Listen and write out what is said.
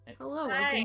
Hello